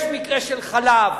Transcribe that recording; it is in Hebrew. יש מקרה של חלב,